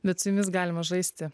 bet su jumis galima žaisti